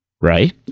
right